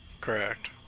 Correct